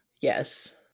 Yes